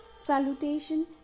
Salutation